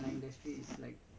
ya